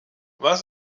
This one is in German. was